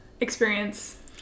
experience